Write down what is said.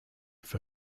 for